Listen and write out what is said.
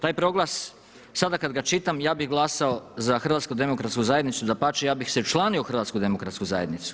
Taj proglas sada kada ga čitam, ja bi glasao za HDZ, dapače ja bih se učlanio u HDZ.